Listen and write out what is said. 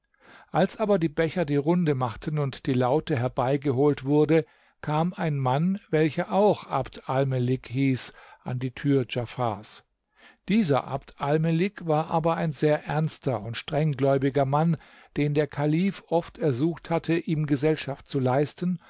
als aber die becher die runde machten und die laute herbeigeholt wurde kam ein mann welcher auch abd almelik hieß an die tür djafars dieser abd almelik war aber ein sehr ernster und strenggläubiger mann den der kalif oft ersucht hatte ihm gesellschaft zu leisten